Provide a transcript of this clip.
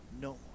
no